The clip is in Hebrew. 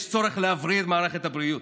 יש צורך להבריא את מערכת הבריאות,